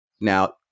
Now